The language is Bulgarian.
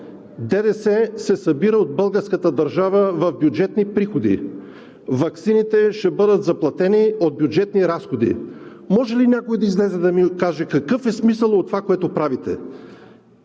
ДДС се събира от българската държава в „Бюджетни приходи“, ваксините ще бъдат заплатени от „Бюджетни разходи“. Може ли някой да излезе и да ми каже какъв е смисълът от това, което правите?